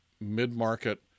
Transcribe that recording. mid-market